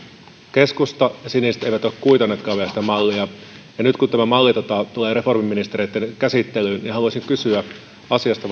keskusta ja siniset eivät ole kuitanneetkaan vielä sitä mallia ja nyt kun tämä malli tulee reformiministereitten käsittelyyn niin haluaisin kysyä asiasta